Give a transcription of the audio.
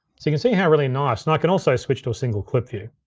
so you can see how really nice, and i can also switch to a single clip view.